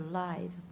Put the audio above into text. life